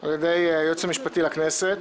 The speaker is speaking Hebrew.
על ידי הייעוץ המשפטי לכנסת,